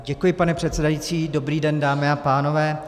Děkuji, pane předsedající, dobrý den, dámy a pánové.